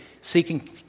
seeking